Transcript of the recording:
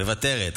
היא מוותרת.